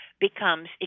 becomes